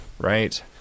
right